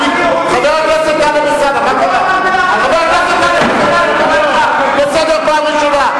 אני קורא לך לסדר פעם ראשונה.